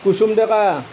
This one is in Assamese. কুসুম ডেকা